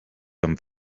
amb